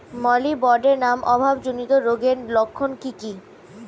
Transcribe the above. Molybdenum অভাবজনিত রোগের লক্ষণ কি কি?